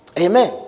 Amen